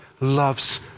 loves